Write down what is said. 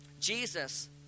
Jesus